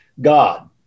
God